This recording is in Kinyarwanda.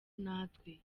natwe